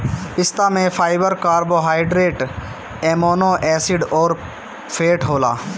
पिस्ता में fibre, carbohydrate, amino acid अउरी फैट होला